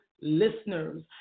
Listeners